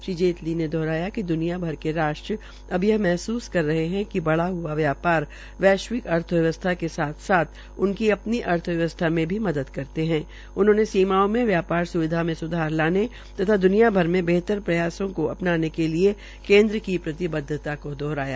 श्री जेतली ने दोहराया कि द्रनिया भर के राष्ट्र अब यह महसूस कर रहे है कि बढ़ा ह्आ व्यापार वैश्विक अर्थव्यवस्था के साथ उनकी अपनी अर्थव्यवस्था में व्यापार स्विधा के स्धार लाने तथा द्निया में बेहतर प्रथाओं को अपनाने के लिए केन्द्र की प्रतिबद्धता दोहराई